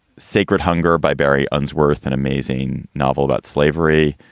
sacred hunger by barry unsworth. an amazing novel about slavery